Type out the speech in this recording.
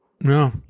no